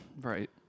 Right